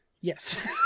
yes